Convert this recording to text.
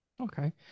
Okay